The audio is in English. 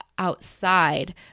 outside